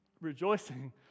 rejoicing